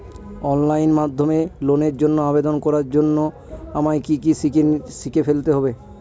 Online মাধ্যমে লোনের জন্য আবেদন করার জন্য আমায় কি কি শিখে ফেলতে হবে?